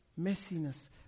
Messiness